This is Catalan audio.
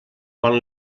quan